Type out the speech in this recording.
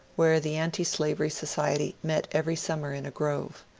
where the antislavery society met every summer in a grove.